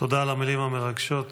תודה על המילים המרגשות.